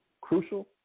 crucial